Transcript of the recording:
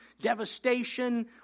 devastation